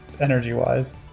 energy-wise